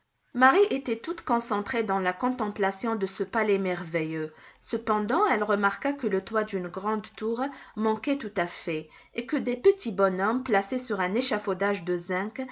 marie était toute concentrée dans la contemplation de ce palais merveilleux cependant elle remarqua que le toit d'une grande tour manquait tout à fait et que des petits bonshommes placés sur un échafaudage de zinc